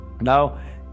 now